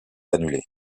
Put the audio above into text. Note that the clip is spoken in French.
annulés